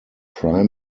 prime